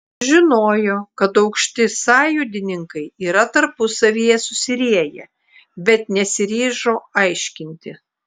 žinojo kad aukšti sąjūdininkai yra tarpusavyje susirieję bet nesiryžo aiškinti